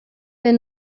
der